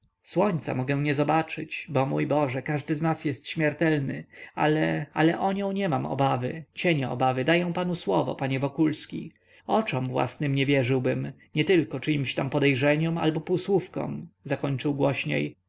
słońca mogę nie zobaczyć bo mój boże każdy z nas jest śmiertelny ale ale o nią nie mam obawy cienia obawy daję panu słowo panie wokulski oczom własnym nie wierzyłbym nietylko czyimś tam podejrzeniom albo półsłówkom zakończył głośniej